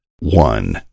one